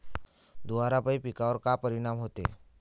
धुवारापाई पिकावर का परीनाम होते?